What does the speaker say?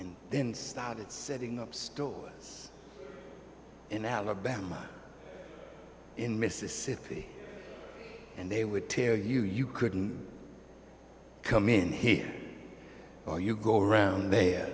and then started setting up stores in alabama in mississippi and they would tell you you couldn't come in here or you go around there